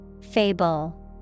Fable